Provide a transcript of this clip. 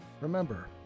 Remember